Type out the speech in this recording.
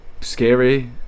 scary